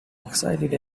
excited